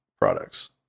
products